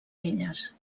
elles